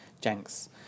Jenks